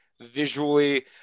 visually